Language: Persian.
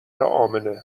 امنه